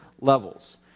levels